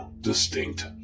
distinct